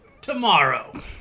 tomorrow